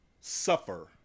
suffer